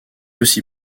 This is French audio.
aussi